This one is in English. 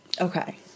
Okay